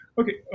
Okay